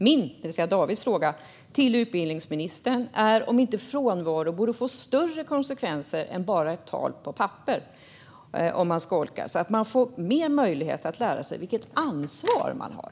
Min - det vill säga Davids - fråga till utbildningsministern är om inte frånvaro - om man skolkar - borde få större konsekvenser än bara ett tal på papper, så att man får större möjlighet att lära sig vilket ansvar man har.